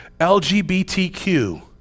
LGBTQ